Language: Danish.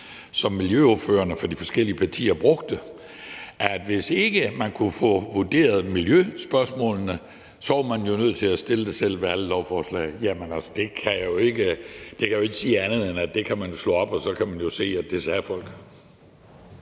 som miljøordførerne for de forskellige partier brugte, altså at hvis ikke man kunne få vurderet miljøspørgsmålene, var man jo nødt til at bede om det ved alle lovforslag. Jeg kan jo ikke sige andet, end at det kan man jo slå op, og så kan man se, at det var det, folk